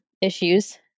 issues